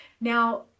now